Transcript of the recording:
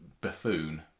Buffoon